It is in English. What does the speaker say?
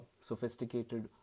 sophisticated